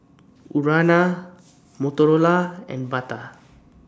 Urana Motorola and Bata